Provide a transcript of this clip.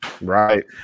Right